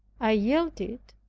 i yielded,